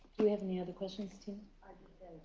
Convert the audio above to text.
you have any other questions, tiena?